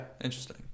Interesting